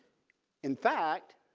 in fact